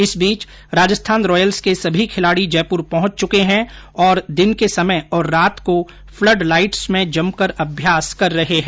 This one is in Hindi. इस बीच राजस्थान रॉयल्स के सभी खिलाड़ी जयपुर पहुंच चुके हैं और दिन के समय तथा रात को फ्लड लाइट्स में जमकर अभ्यास कर रहे हैं